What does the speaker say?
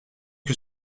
que